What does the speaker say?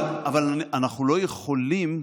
אבל אנחנו לא יכולים,